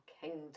kingdom